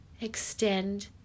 extend